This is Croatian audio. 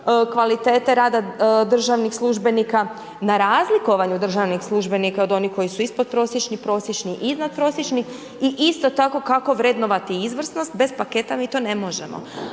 kvalitete rada državnih službenika, na razlikovanju državnih službenika od onih koji su ispodprosječni i prosječni i iznadprosječni i isto tako kako vrednovati izvrsnost, bez paketa mi to ne možemo.